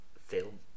film